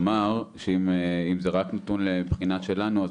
כלומר שאם זה רק נתון לבחינה שלנו אז